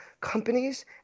Companies